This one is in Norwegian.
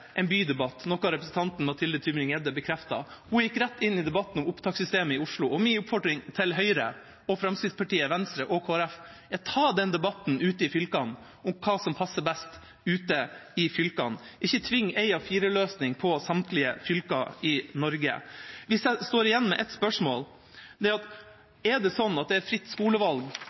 en bydebatt, noe representanten Mathilde Tybring-Gjedde bekreftet. Hun gikk rett inn i debatten om opptakssystemet i Oslo. Min oppfordring til Høyre, Fremskrittspartiet, Venstre og Kristelig Folkeparti er: Ta den debatten ute i fylkene om hva som passer best ute i fylkene. Ikke tving en A4-løsning på samtlige fylker i Norge. Jeg står igjen med ett spørsmål, og det er: Er det sånn at det er fritt skolevalg